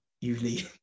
usually